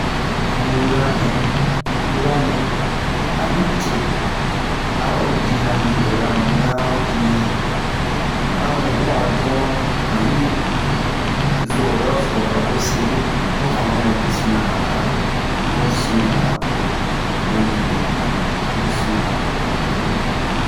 Amɛ yura in yura nɛ a in te a'o ji han livrera wiyan ho dimiyan a un huwa doron an i zo ho yoroso a zo se ho vano nɛ besin na a ara mu sin mɛna a po a mɛ ji bebian mu sin na a po an ji bebian